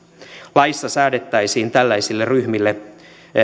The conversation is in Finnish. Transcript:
laissa säädettäisiin tällaisille ryhmille